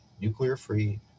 Nuclear-Free